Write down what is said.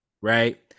right